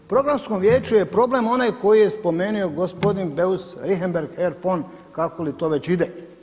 U Programskom vijeću je problem onaj koji je spomenuo gospodin BEus Richembergh herr fon kako li to već ide.